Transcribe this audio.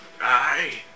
Aye